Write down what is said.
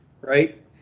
Right